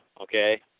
okay